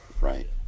Right